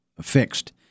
fixed